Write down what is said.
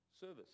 service